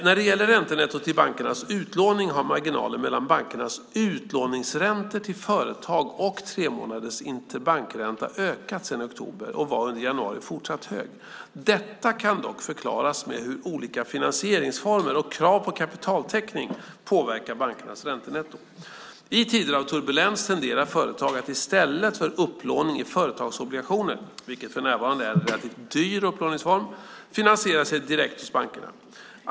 När det gäller räntenettot i bankernas utlåning har marginalen mellan bankernas utlåningsräntor till företag och tremånaders interbankränta ökat sedan oktober och var under januari fortsatt hög. Detta kan dock förklaras med hur olika finansieringsformer och krav på kapitaltäckning påverkar bankernas räntenetto. I tider av turbulens tenderar företag att i stället för upplåning i företagsobligationer, vilket för närvarande är en relativt dyr upplåningsform, finansiera sig direkt hos bankerna.